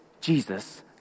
Jesus